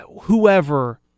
whoever